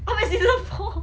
I'm at season four